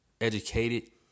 educated